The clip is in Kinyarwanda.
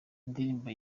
indirimbo